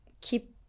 keep